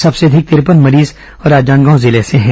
सबसे अधिक तिरपन मरीज राजनांदगांव जिले से हैं